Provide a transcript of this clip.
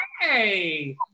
Hey